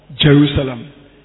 Jerusalem